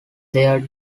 their